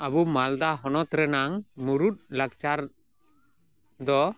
ᱟᱵᱚ ᱢᱟᱞᱫᱟ ᱦᱚᱱᱚᱛ ᱨᱮᱱᱟᱝ ᱢᱩᱬᱩᱫ ᱞᱟᱠᱪᱟᱨ ᱫᱚ